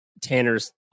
Tanner's